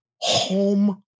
home